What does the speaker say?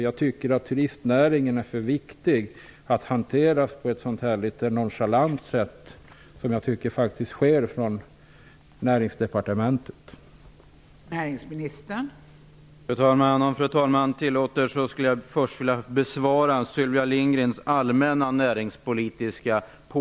Jag tycker att turistnäringen är för viktig för att hanteras på det litet nonchalanta sätt som Näringsdepartementet gör.